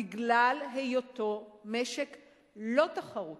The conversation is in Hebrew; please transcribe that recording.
בגלל היותו משק לא תחרותי,